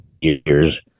years